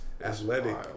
athletic